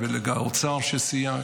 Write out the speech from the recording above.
ולאוצר שסייע,